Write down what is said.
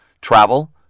travel